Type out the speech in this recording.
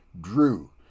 Drew